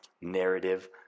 narrative